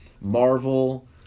Marvel